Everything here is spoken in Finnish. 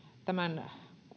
tämän